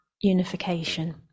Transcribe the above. unification